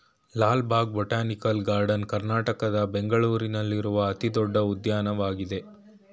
Lal Bagh botanical garden ಕರ್ನಾಟಕದ ಬೆಂಗಳೂರಿನಲ್ಲಿರುವ ಅತಿ ದೊಡ್ಡ ಉದ್ಯಾನವನವಾಗಿದೆ